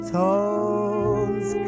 tones